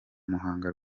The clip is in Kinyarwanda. muhanga